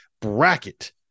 bracket